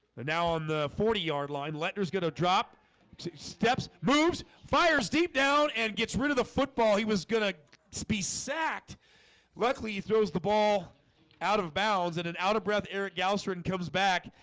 and now on the forty yard line lenders gonna drop steps moves fires deep down and gets rid of the football. he was gonna so be sacked luckily, he throws the ball out of bounds and an out of breath erik gastrin comes back.